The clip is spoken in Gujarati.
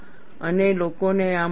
અને લોકોને આ મળ્યું છે